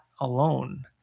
alone